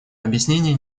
объяснение